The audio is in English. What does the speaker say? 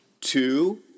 Two